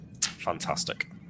fantastic